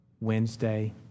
Wednesday